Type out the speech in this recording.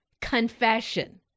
confession